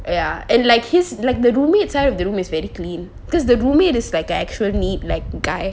ya and like his like the roommates side of the room is very clean because the roommate is like actual need like guy